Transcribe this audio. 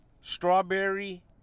strawberry